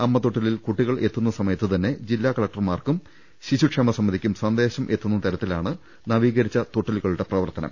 അമ്മത്തൊട്ടിലിൽ കുട്ടികൾ എത്തുന്ന സമയത്തുതന്നെ ജില്ലാ കല ക്ടർക്കും ശിശുക്ഷേമ സമിതിക്കും സന്ദേശം എത്തുന്ന തരത്തിലാണ് നവീ കരിച്ച തൊട്ടിലുകളുടെ പ്രവർത്തനം